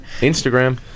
instagram